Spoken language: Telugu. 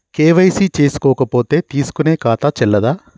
కే.వై.సీ చేసుకోకపోతే తీసుకునే ఖాతా చెల్లదా?